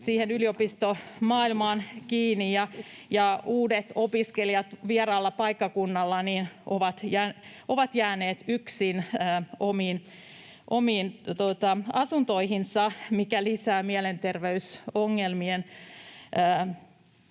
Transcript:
siihen yliopistomaailmaan kiinni, ja uudet opiskelijat vieraalla paikkakunnalla ovat jääneet yksin omiin asuntoihinsa, mikä lisää mielenterveyspalveluiden